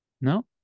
No